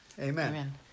Amen